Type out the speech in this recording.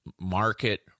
market